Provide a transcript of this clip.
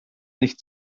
nicht